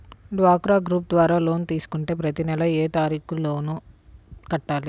డ్వాక్రా గ్రూప్ ద్వారా లోన్ తీసుకుంటే ప్రతి నెల ఏ తారీకు లోపు లోన్ కట్టాలి?